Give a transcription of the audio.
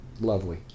Lovely